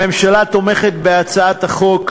הממשלה תומכת בהצעת החוק.